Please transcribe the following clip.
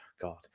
God